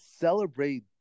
celebrate